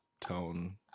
tone